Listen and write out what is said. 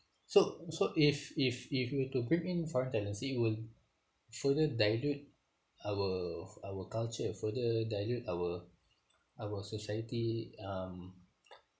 so so if if if you were to bring in foreign talents it will further dilute our our culture further dilute our our society um